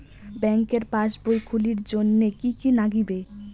ব্যাঙ্কের পাসবই খুলির জন্যে কি কি নাগিবে?